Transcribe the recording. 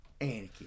Anakin